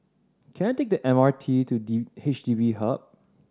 can I take the M R T to D H D B Hub